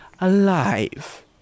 alive